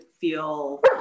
feel